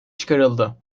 çıkarıldı